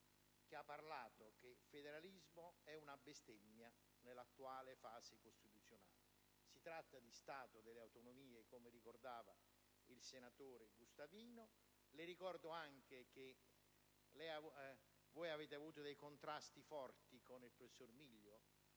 quale ha detto che il federalismo è una bestemmia nell'attuale assetto costituzionale. Si tratta di uno Stato delle autonomie, come ricordava il senatore Gustavino. Le ricordo anche che voi avete avuto dei contrasti forti con il professor Miglio